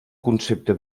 concepte